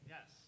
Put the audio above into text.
Yes